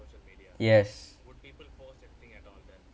yes